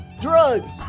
drugs